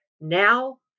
now